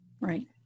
right